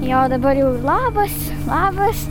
jo dabar jau ir labas labas